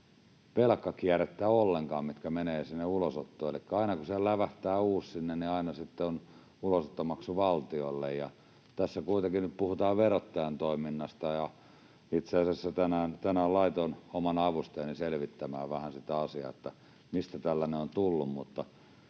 velkakierrettä, sitä, mikä menee sinne ulosottoon, elikkä aina kun sinne lävähtää uusi, niin aina sitten on ulosottomaksu valtiolle, ja tässä kuitenkin nyt puhutaan verottajan toiminnasta. Itse asiassa tänään laitoin oman avustajani selvittämään vähän sitä asiaa, mistä tällainen on tullut.